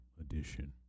edition